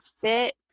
fit